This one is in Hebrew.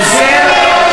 אדוני היושב-ראש,